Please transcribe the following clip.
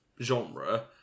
genre